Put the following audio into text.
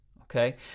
Okay